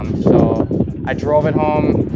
um so i drove it home,